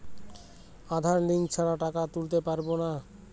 আধার link ছাড়া টাকা তুলতে পারব না?